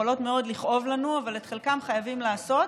שיכולות מאוד לכאוב לנו אבל את חלקן חייבים לעשות.